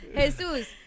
Jesus